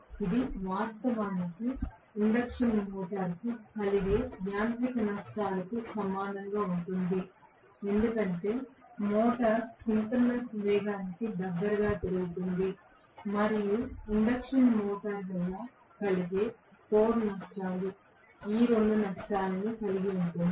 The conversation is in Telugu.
ఇది వాస్తవానికి ఇండక్షన్ మోటారుకు కలిగే యాంత్రిక నష్టాల కు సమానంగా ఉంటుంది ఎందుకంటే మోటారు సింక్రోనస్ వేగానికి దగ్గరగా తిరుగుతుంది మరియు ఇండక్షన్ మోటారు వల్ల కలిగే కోర్ నష్టాలు ఈ రెండు నష్టాలను కలిగి ఉంటుంది